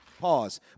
Pause